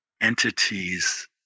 entities